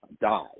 died